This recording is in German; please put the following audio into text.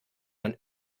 man